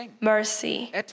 mercy